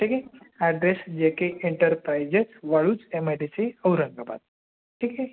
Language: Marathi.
ठीक आहे ॲड्रेस जे K enterprises Waluj M I D C Aurangabad ठीक आहे